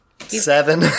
Seven